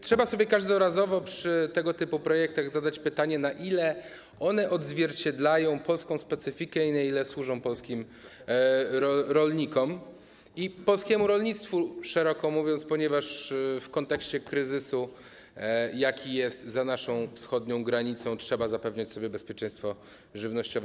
Trzeba sobie każdorazowo przy tego typu projektach zadać pytanie, na ile one odzwierciedlają polską specyfikę i na ile służą polskim rolnikom i polskiemu rolnictwu, szeroko ujmując, ponieważ w kontekście kryzysu, jaki jest za naszą wschodnią granicą, trzeba zapewniać sobie bezpieczeństwo żywnościowe.